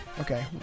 okay